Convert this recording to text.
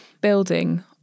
building